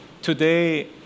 Today